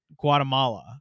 Guatemala